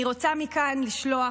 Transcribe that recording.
אני רוצה מכאן לשלוח